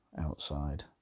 outside